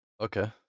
Okay